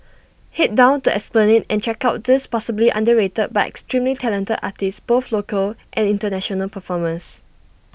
Head down to the esplanade and check out these possibly underrated but extremely talented artists both local and International performers